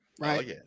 right